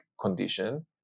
condition